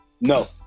No